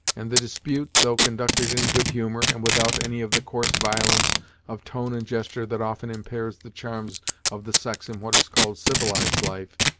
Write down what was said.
and the dispute, though conducted in good-humour, and without any of the coarse violence of tone and gesture that often impairs the charms of the sex in what is called civilized life,